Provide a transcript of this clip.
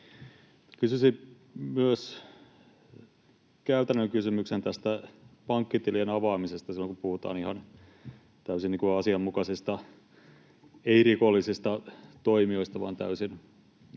Kysyisin myös käytännön kysymyksen tästä pankkitilien avaamisesta silloin, kun puhutaan ihan täysin asianmukaisista ei-rikollisista toimijoista, täysin bona fide